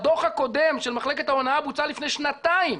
הדוח הקודם של מחלקת ההונאה בוצע לפני שנתיים.